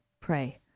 pray